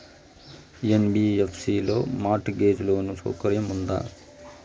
NBFC లో mortgage loan సౌకర్యం ఉందా?